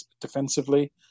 defensively